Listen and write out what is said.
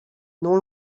non